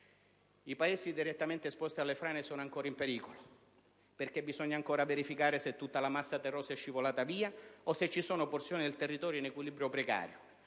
I paesi direttamente esposti alle frane sono ancora in pericolo, perché bisogna ancora verificare se tutta la massa terrosa è scivolata via o se ci sono porzioni del territorio in equilibrio precario.